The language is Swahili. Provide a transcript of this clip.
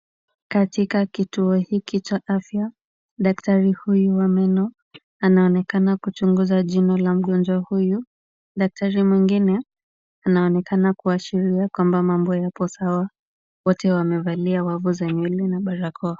Katika kituo hiki cha afya, daktari huyu wa meno, anaonekana kuchunguza jino la mgonjwa huyu. Daktari mwingine anaonekana kuashiria kwamba mambo yapo sawa. Wote wamevalia wavu za nywele na barakoa.